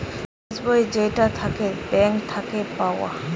pass বই যেইটা থাকে ব্যাঙ্ক থাকে পাওয়া